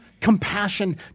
compassion